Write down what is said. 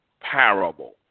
parable